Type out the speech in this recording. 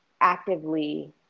actively